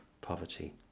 poverty